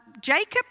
Jacob